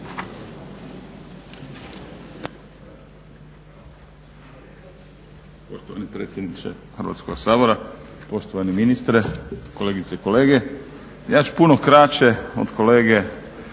Gospodine predsjedniče Hrvatskoga sabora, poštovani ministre, kolegice i kolege. Ja ću puno kraće od kolege